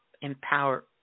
empower